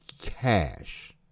cash